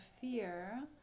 fear